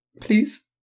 please